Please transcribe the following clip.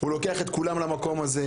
הוא לוקח את כולם למקום הזה.